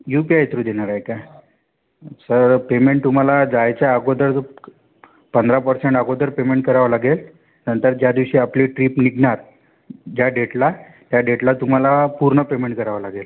you P I through देणार आहे का सर पेमेंट तुम्हाला जायच्या अगोदर पंधरा परसेण अगोदर पेमेंट करावं लागेल नंतर ज्या दिवशी आपली ट्रीप निघणार ज्या डेटला त्या डेटला तुम्हाला पूर्ण पेमेंट करावं लागेल